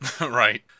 Right